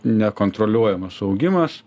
nekontroliuojamas augimas